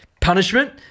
punishment